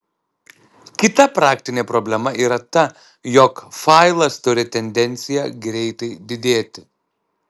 kita praktinė problema yra ta jog failas turi tendenciją greitai didėti